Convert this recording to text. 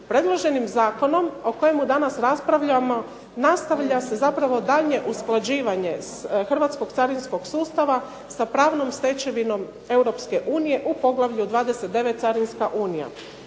Predloženim zakonom o kojemu danas raspravljamo nastavlja se zapravo daljnje usklađivanje hrvatskog carinskog sustava sa pravnom stečevinom EU u Poglavlju 29. – Carinska unija.